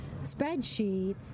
spreadsheets